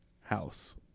house